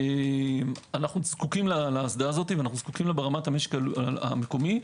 אנו זקוקים לאסדה הזאת ברמת המשק המקומי.